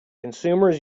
consumers